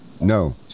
no